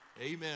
Amen